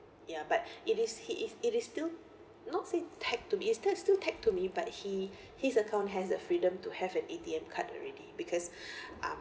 ya but it is he is it is still not say tagged to me it's still tagged to me but he his account has the freedom to have an A_T_M card already because um